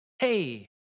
Hey